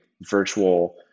virtual